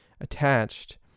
attached